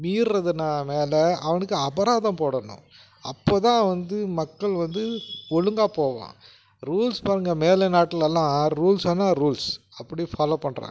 மீறுறதுனால் அவனுக்கு அபராதம் போடணும் அப்போதுதான் வந்து மக்கள் வந்து ஒழுங்காக போவான் ரூல்ஸ் பாருங்கள் மேல் நாட்டிலலாம் ரூல்ஸுனால் ரூல்ஸ் அப்படி ஃபாலோ பண்ணுறாங்க